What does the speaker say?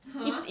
!huh!